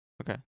okay